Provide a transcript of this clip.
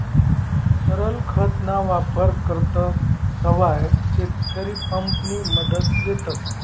तरल खत ना वापर करतस तव्हय शेतकरी पंप नि मदत लेतस